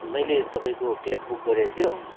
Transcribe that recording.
मैले तपाईँको cab book गरेको थियो